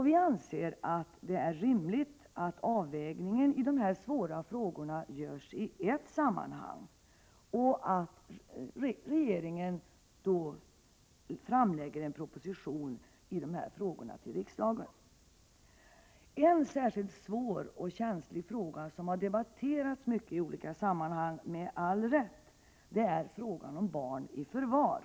Vi anser det rimligt att avvägningen i dessa svåra frågor görs i ett sammanhang och att regeringen framlägger en proposition i dem för riksdagen. En särskilt svår och känslig fråga, som med all rätt har debatterats mycket i olika sammanhang, är frågan om barn i förvar.